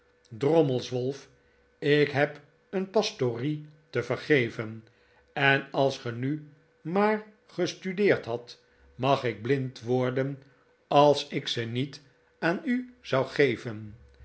drommels wolf ik heb een pastorie te vergeven en als ge nu maar gestudeerd hadt mag ik blind worden als ik ze niet de gastenaan het diner aan u zou geven